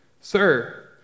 Sir